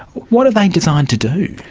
what are they designed to do?